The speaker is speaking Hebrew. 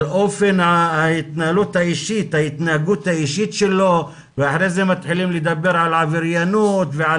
על אופן ההתנהגות האישית שלו ואחרי זה מתחילים לדבר על עבריינות ועל